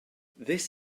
this